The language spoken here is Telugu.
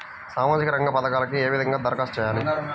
సామాజిక రంగ పథకాలకీ ఏ విధంగా ధరఖాస్తు చేయాలి?